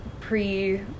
pre